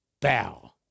bow